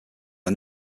are